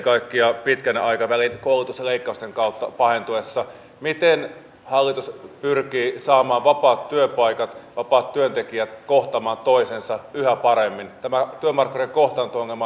lisäksi meillä on myös viime hallituskaudelta vahvoja muistijälkiä toimista jotka leikkasivat lääkekorvauksia matkakorvauksia lapsilisien indeksien jäädyttämistä asiakasmaksuihin liittyviä päätöksiä ja niin edelleen